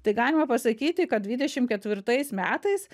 tai galima pasakyti kad dvidešimt ketvirtais metais